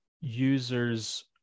users